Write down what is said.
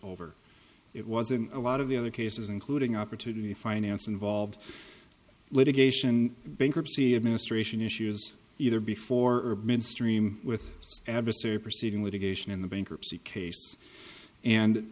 over it was in a lot of the other cases including opportunity finance involved litigation bankruptcy administration issues either before midstream with adversary proceeding litigation in the bankruptcy case and